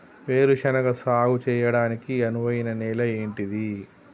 వేరు శనగ సాగు చేయడానికి అనువైన నేల ఏంటిది?